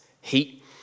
heat